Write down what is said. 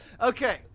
Okay